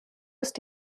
ist